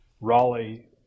Raleigh